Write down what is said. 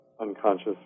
unconscious